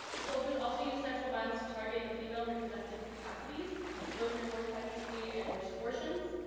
soldiers also use sexual violence to target the female reproductive capacities both through forced pregnancy and forced abortions.